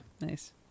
nice